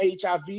HIV